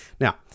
Now